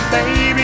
Baby